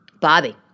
Bobby